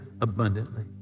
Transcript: abundantly